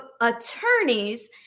attorneys